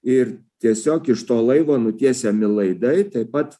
ir tiesiog iš to laivo nutiesiami laidai taip pat